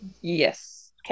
Yes